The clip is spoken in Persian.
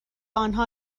آنها